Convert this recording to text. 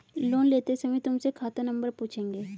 loan लेते समय तुमसे खाता नंबर पूछेंगे